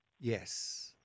Yes